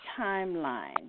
timeline